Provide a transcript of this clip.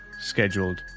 scheduled